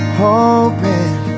hoping